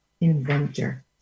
inventor